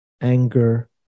anger